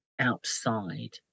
outside